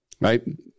right